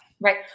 Right